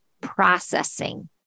processing